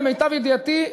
למיטב ידיעתי,